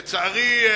לצערי,